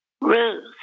Ruth